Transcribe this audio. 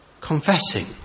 confessing